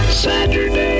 Saturday